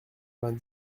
vingt